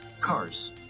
Cars